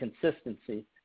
consistency